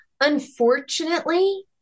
Unfortunately